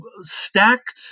stacked